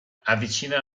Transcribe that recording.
avvicina